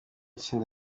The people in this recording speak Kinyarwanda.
tsinda